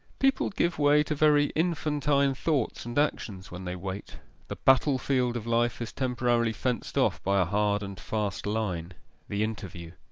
people give way to very infantine thoughts and actions when they wait the battle-field of life is temporarily fenced off by a hard and fast line the interview.